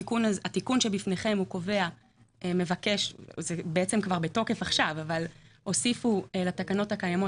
התיקון שבפניכם כבר בתוקף עכשיו אבל הוסיפו לתקנות הקיימות